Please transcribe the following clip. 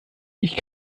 ich